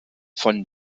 von